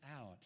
out